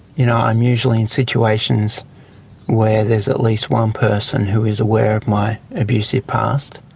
you know i'm usually in situations where there's at least one person who's aware of my abusive past.